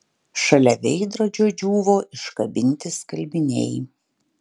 šalia veidrodžio džiūvo iškabinti skalbiniai